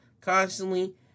constantly